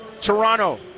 Toronto